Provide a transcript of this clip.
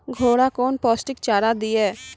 घोड़ा कौन पोस्टिक चारा दिए?